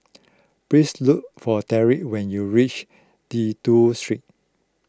please look for Derick when you reach Dido Street